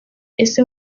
ese